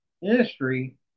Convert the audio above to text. industry